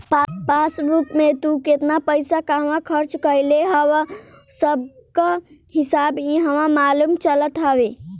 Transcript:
passbook में तू केतना पईसा कहवा खरच कईले हव उ सबकअ हिसाब इहवा मालूम चलत हवे